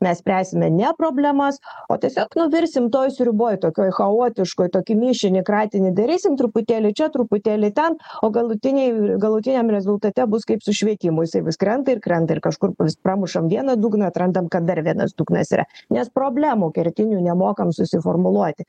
mes spręsime ne problemas o tiesiog nu virsim toj sriuboj tokioj chaotiškoj tokį mišinį kratinį darysim truputėlį čia truputėlį ten o galutiniai galutiniam rezultate bus kaip su švietimu jisai vis krenta ir krenta ir kažkur pramušam vieną dugną atrandam kad dar vienas dugnas yra nes problemų kertinių nemokam susiformuluoti